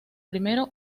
primero